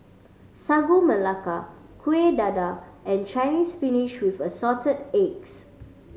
Sagu Melaka Kueh Dadar and Chinese Spinach with Assorted Eggs